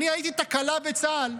אני הייתי תקלה בצה"ל.